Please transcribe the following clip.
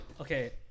Okay